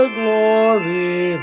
glory